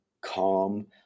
calm